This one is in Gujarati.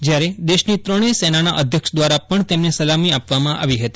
જ્યારે દેશની ત્રષ્નેય સેનાના અધ્યક્ષ દ્વારા તેમને સલાથી આપવામાં આવી હતી